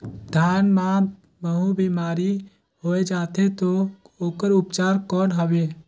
धान मां महू बीमारी होय जाथे तो ओकर उपचार कौन हवे?